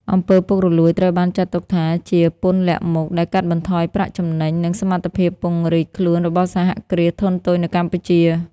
អំពើពុករលួយ ត្រូវបានចាត់ទុកថាជា "ពន្ធលាក់មុខ" ដែលកាត់បន្ថយប្រាក់ចំណេញ និងសមត្ថភាពពង្រីកខ្លួនរបស់សហគ្រាសធុនតូចនៅកម្ពុជា។